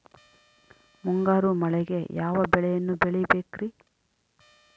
ಮುಂಗಾರು ಮಳೆಗೆ ಯಾವ ಬೆಳೆಯನ್ನು ಬೆಳಿಬೇಕ್ರಿ?